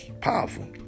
powerful